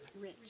Rich